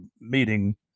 meeting